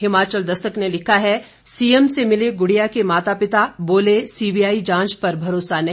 हिमाचल दस्तक ने लिखा है सीएम से मिले गुड़िया के माता पिता बोले सीबीआई जांच पर भरोसा नहीं